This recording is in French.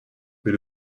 mais